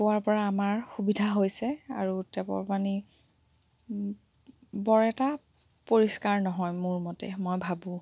হোৱাৰ পৰা আমাৰ সুবিধা হৈছে আৰু টেপৰ পানী বৰ এটা পৰিষ্কাৰ নহয় মোৰ মতে মই ভাবোঁ